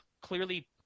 clearly